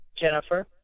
Jennifer